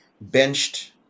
benched